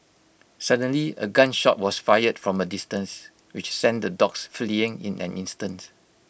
suddenly A gun shot was fired from A distance which sent the dogs fleeing in an instant